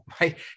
right